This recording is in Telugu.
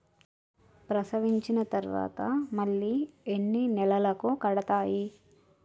ప్రసవించిన తర్వాత మళ్ళీ ఎన్ని నెలలకు కడతాయి?